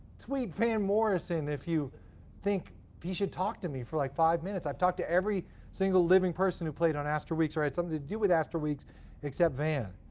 tweet van morrison if you think he should talk to me for like, five minutes. i've talked to every single living person who played on astral weeks, or had something to do with astral weeks except van.